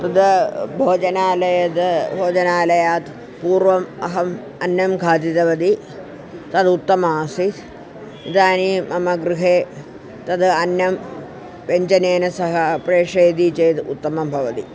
तद् भोजनालयात् भोजनालयात् पूर्वम् अहम् अन्नं खादितवती तदुत्तमम् आसीत् इदानीं मम गृहे तद् अन्नं व्यञ्जनेन सह प्रेषयति चेद् उत्तमं भवति